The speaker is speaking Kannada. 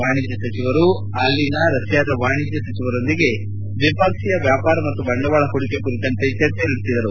ವಾಣಿಜ್ಯ ಸಚಿವರು ಅಲಲಿ ರಷ್ಯಾದ ವಾಣಿಜ್ಯ ಸಚಿವರೊಂದಿಗೆ ದ್ವೀಪಕ್ವೀಯ ವ್ಯಾಪಾರ ಮತ್ತು ಬಂಡವಾಳ ಹೂಡಿಕೆ ಕುರಿತಂತೆ ಚರ್ಚೆ ನಡೆಸಿದರು